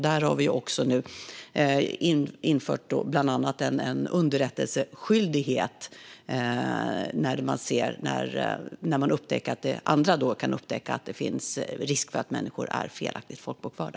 Där har vi också nu bland annat infört en underrättelseskyldighet när andra kan upptäcka att det finns risk för att människor är felaktigt folkbokförda.